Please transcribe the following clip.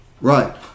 Right